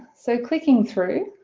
so clicking through.